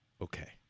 Okay